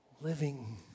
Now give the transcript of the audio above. living